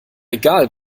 egal